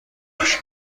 بکشه